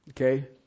Okay